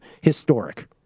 Historic